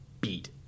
beat